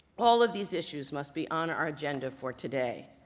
all of these issues must be on our agenda for today.